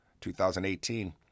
2018